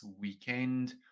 weekend